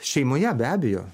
šeimoje be abejo